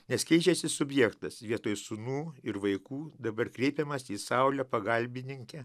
nes keičiasi subjektas vietoj sūnų ir vaikų dabar kreipiamasi į saulę pagalbininkę